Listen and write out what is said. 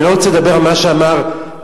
אני לא רוצה לדבר על מה שאמר בן-ארי,